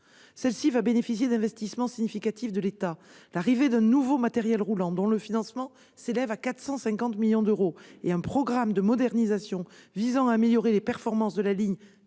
Cette ligne va bénéficier d'investissements significatifs de la part de l'État : l'arrivée d'un nouveau matériel roulant, dont le financement s'élève à 450 millions d'euros, et un programme de modernisation visant à améliorer les performances de la ligne